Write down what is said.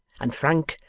and frank,